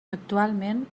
actualment